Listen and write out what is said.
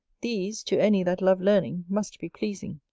these, to any that love learning, must be pleasing.